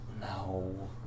No